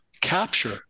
capture